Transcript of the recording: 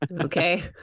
Okay